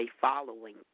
following